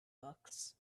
books